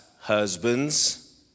husbands